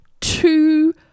Two